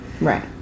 Right